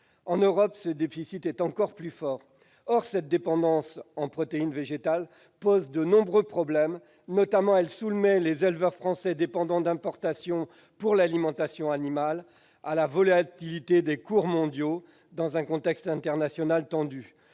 européen global est encore plus fort. Or cette dépendance en protéines végétales pose de nombreux problèmes. Elle soumet notamment les éleveurs français qui dépendent d'importations pour l'alimentation animale à la volatilité des cours mondiaux dans un contexte international tendu.